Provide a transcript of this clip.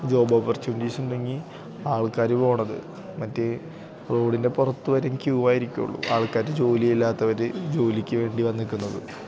job opportunities ഉണ്ടെങ്കില് ആൾക്കാര് പോകുന്നത് മറ്റേ റോഡിൻ്റെ പുറത്തുവരെയും ക്യൂ ആയിരിക്കുകയുള്ളൂ ആൾക്കാര് ജോലിയില്ലാത്തവര് ജോലിക്കു വേണ്ടി വരിനില്ക്കുന്നത്